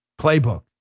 Playbook